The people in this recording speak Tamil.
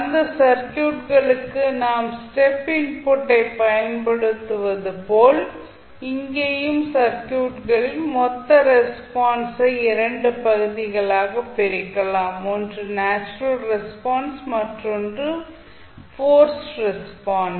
அந்த சர்க்யூட்களுக்கு நாம் ஸ்டெப் இன்புட்டை பயன்படுத்துவது போல் இங்கேயும் சர்க்யூட்களின் மொத்த ரெஸ்பான்ஸை இரண்டு பகுதிகளாகப் பிரிக்கலாம் ஒன்று நேச்சுரல் ரெஸ்பான்ஸ் மற்றொன்று போர்ஸ்டு ரெஸ்பான்ஸ்